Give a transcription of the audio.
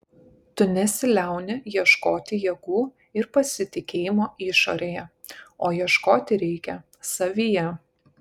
tu nesiliauni ieškoti jėgų ir pasitikėjimo išorėje o ieškoti reikia savyje